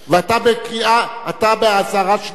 אתה באזהרה שנייה.